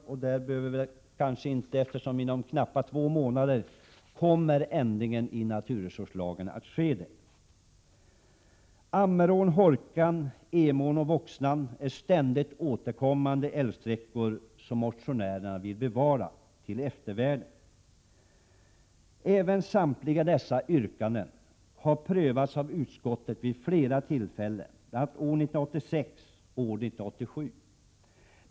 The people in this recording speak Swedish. Ändringen i naturresurslagen kommer att ske inom knappt två månader. Ammerån, Hårkan, Emån och Voxnan är ständigt återkommande namn när det gäller älvsträckor som motionärerna vill bevara till eftervärlden. Även samtliga dessa yrkanden har prövats av utskottet vid flera tillfällen, bl.a. år 1986 och år 1987.